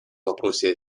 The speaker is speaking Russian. вопросе